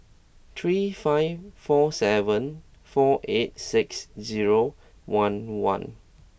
three five four seven four eight six zero one one